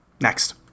Next